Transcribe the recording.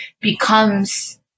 becomes